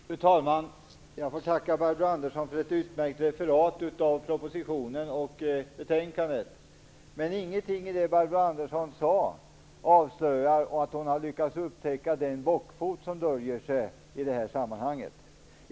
Fru talman! Jag får tacka Barbro Andersson för ett utmärkt referat av propositionen och betänkandet. Ingenting i det Barbro Andersson sade avslöjar om hon har lyckats upptäcka den bockfot som döljer sig i det här.